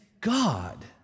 God